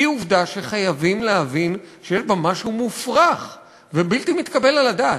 חייבים להבין שיש בה משהו מופרך ובלתי מתקבל על הדעת.